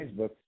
Facebook